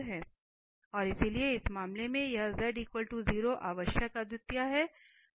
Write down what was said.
और इसलिए इस मामले में यह z 0 आवश्यक अद्वितीयता है